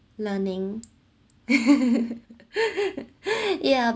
learning ya